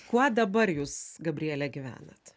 kuo dabar jūs gabriele gyvenat